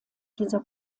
dieser